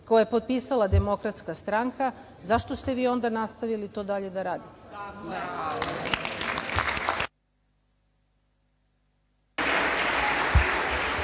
koje je potpisala Demokratska stranka, zašto ste vi onda nastavili to dalje da radite?